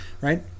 right